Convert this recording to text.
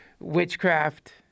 witchcraft